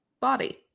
body